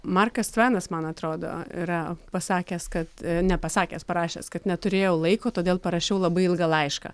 markas tvenas man atrodo yra pasakęs kad nepasakęs parašęs kad neturėjau laiko todėl parašiau labai ilgą laišką